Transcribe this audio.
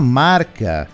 marca